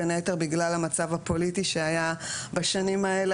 בין היתר בגלל המצב הפוליטי שהיה בשנים האלה,